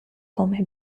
come